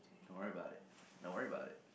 don't worry about it don't worry about it